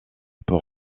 pour